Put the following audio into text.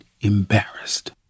embarrassed